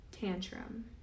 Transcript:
tantrum